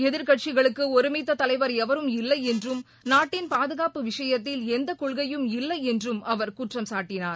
எதிர்க்கட்சிகளுக்கு ஒருமித்த தலைவர் எவரும் இல்லை என்றும் நாடடின் பாதுகாப்பு விஷயத்தில் எந்த கொள்கையும் இல்லை என்றும் அவர் குற்றம் சாட்டினார்